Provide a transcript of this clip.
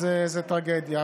זו טרגדיה.